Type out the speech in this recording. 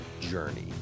journey